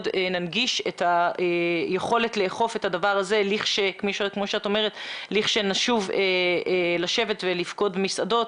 ננגיש את היכולת לאכוף את הדבר הזה לכשנשוב לשבת ולפקוד את המסעדות.